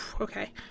Okay